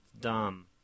dumb